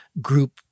group